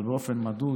אבל באופן מדוד.